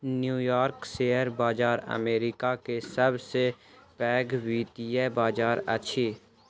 new York share बाजार America के सब से पैघ वित्तीय बाजार अछि